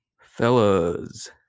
Fellas